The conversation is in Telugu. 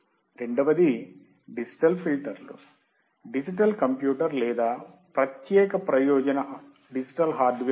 రెండవది డిజిటల్ ఫిల్టర్లు డిజిటల్ కంప్యూటర్ లేదా ప్రత్యేక ప్రయోజన డిజిటల్ హార్డ్వేర్ ఉపయోగించి అమలు చేయబడతాయి